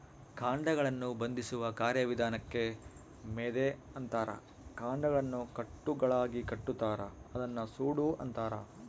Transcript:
ಕಾಂಡಗಳನ್ನು ಬಂಧಿಸುವ ಕಾರ್ಯವಿಧಾನಕ್ಕೆ ಮೆದೆ ಅಂತಾರ ಕಾಂಡಗಳನ್ನು ಕಟ್ಟುಗಳಾಗಿಕಟ್ಟುತಾರ ಅದನ್ನ ಸೂಡು ಅಂತಾರ